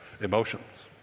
emotions